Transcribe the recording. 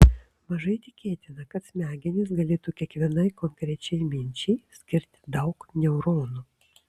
mažai tikėtina kad smegenys galėtų kiekvienai konkrečiai minčiai skirti daug neuronų